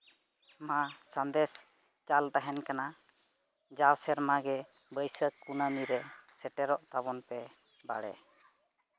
ᱢᱟ ᱥᱟᱸᱫᱮᱥ ᱪᱟᱞ ᱛᱟᱦᱮᱱ ᱠᱟᱱᱟ ᱡᱟᱣ ᱥᱮᱨᱢᱟ ᱜᱮ ᱵᱟᱹᱭᱥᱟᱹᱠᱷ ᱠᱩᱱᱟᱹᱢᱤ ᱨᱮ ᱥᱮᱴᱮᱨᱚᱜ ᱛᱟᱵᱚᱱ ᱯᱮ ᱵᱟᱲᱮ